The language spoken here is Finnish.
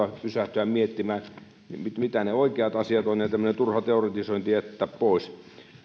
pysähtyä miettimään mitä ne oikeat asiat ovat ja tämmöinen turha teoretisointi jättää pois